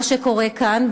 מה שקורה כאן,